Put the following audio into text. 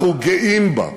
אנחנו גאים בה.